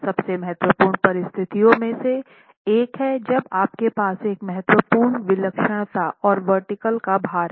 सबसे महत्वपूर्ण परिस्थितियों में से एक है जब आपके पास एक महत्वपूर्ण विलक्षणता और वर्टीकल का भार है